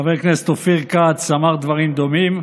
חבר הכנסת אופיר כץ אמר דברים דומים,